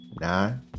Nine